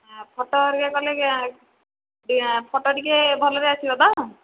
photo ହେରିକା କଲେ photo photo ଟିକିଏ ଭଲରେ ଆସିବ ତ